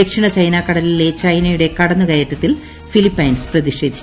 ദക്ഷിണ ചൈനാക്കടലിലെ ചൈനയുടെ കടന്നു കയറ്റത്തിൽ ഫിലിപ്പൈൻസ് പ്രതിഷേധിച്ചു